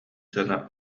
дьоно